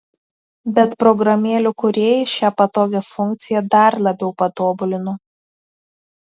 bet programėlių kūrėjai šią patogią funkciją dar labiau patobulino